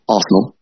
Arsenal